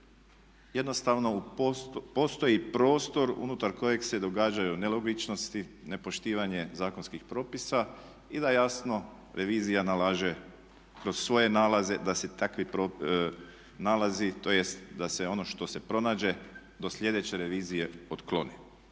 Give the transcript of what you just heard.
jednostavno postoji prostor unutar kojeg se događaju nelogičnosti, nepoštivanje zakonskih propisa i da jasno revizija nalaže kroz svoje nalaze da se takvi nalazi tj. da se ono što se pronađe do sljedeće revizije otkloni.